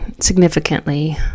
significantly